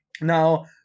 Now